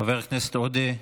חבר הכנסת עודה,